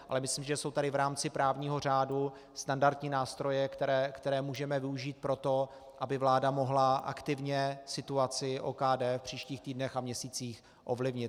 Ale myslím, že jsou tady v rámci právního řádu standardní nástroje, které můžeme využít pro to, aby vláda mohla aktivně situaci OKD v příštích týdnech a měsících ovlivnit.